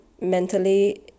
mentally